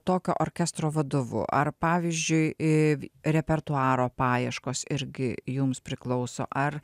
tokio orkestro vadovu ar pavyzdžiui į repertuaro paieškos irgi jums priklauso ar